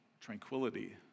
Tranquility